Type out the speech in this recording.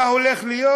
מה הולך להיות?